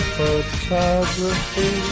photography